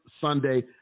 Sunday